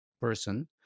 person